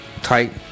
tight